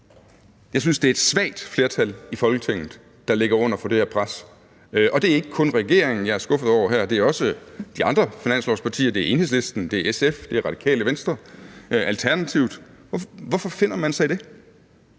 Jeg synes, det er et svagt flertal i Folketinget, der ligger under for det her pres, og det er ikke kun regeringen, jeg er skuffet over her. Det er også de andre finanslovspartier, det er Enhedslisten, det er SF, det er Radikale Venstre og Alternativet. Hvorfor finder man sig i